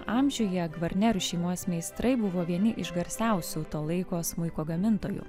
amžiuje gvarnerių šeimos meistrai buvo vieni iš garsiausių to laiko smuiko gamintojų